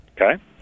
Okay